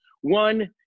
One